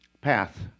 PATH